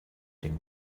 den